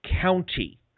county